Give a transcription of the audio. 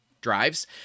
drives